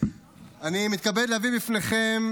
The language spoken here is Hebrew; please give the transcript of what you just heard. אני מתכבד להביא בפניכם,